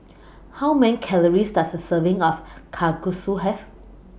How Many Calories Does A Serving of Kalguksu Have